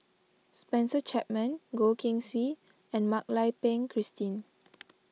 Spencer Chapman Goh Keng Swee and Mak Lai Peng Christine